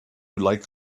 like